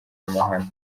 amahano